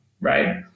right